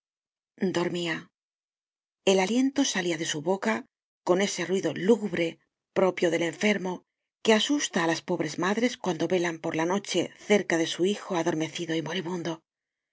dormía el aliento salia de su boca con ese ruido lúgubre propio del enfermo que asusta á las pobres madres cuando velan por la noche cerca de su hijo adormecido y moribundo